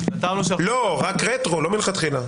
רק רטרו, לא מלכתחילה.